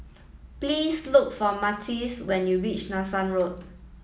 please look for Matthias when you reach Nanson Road